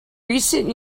recent